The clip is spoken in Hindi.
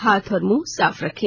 हाथ और मुंह साफ रखें